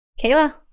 Kayla